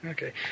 Okay